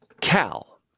Cal